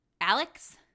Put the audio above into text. Alex